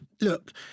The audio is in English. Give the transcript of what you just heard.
look